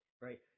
right